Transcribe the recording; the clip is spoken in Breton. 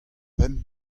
pemp